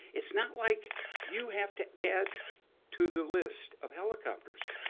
it's not like you have to add to the list of helicopters.